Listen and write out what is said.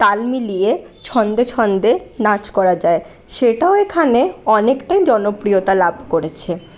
তাল মিলিয়ে ছন্দে ছন্দে নাচ করা যায় সেটাও এখানে অনেকটাই জনপ্রিয়তা লাভ করেছে